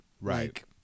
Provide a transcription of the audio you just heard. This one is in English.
Right